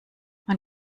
man